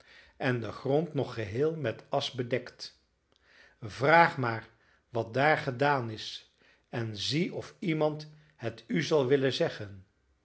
en de grond nog geheel met asch bedekt vraag maar wat daar gedaan is en zie of iemand het u zal willen zeggen